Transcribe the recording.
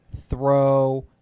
throw